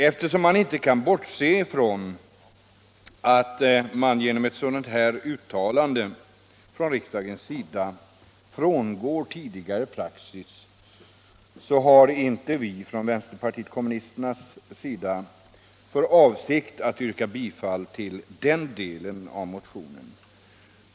Eftersom man inte kan bortse från att vi genom ett sådant uttalande från riksdagen frångår tidigare praxis har vi från vänsterpartiet kommunisternas sida inte för avsikt att yrka bifall till denna del av motionen.